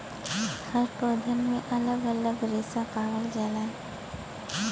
हर पौधन में अलग अलग रेसा पावल जाला